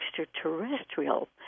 extraterrestrial